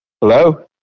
hello